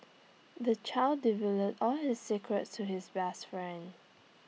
the child all his secrets to his best friend